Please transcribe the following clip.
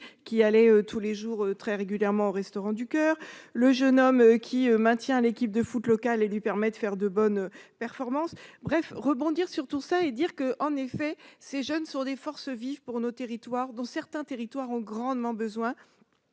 qui allait tous les jours très régulièrement aux Restaurants du coeur, le jeune homme qui maintient l'équipe de foot locale et lui permet de faire de bonnes performances, bref rebondir sur tout ça et dire que, en effet, ces jeunes sont des forces vives pour nos territoires dans certains territoires ont grandement besoin